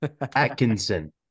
Atkinson